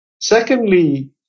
Secondly